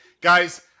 guys